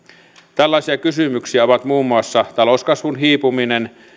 tällaisia kysymyksiä ovat muun muassa talouskasvun hiipuminen